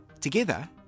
Together